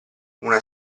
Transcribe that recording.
una